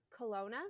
Kelowna